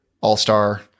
All-Star